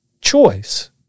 choice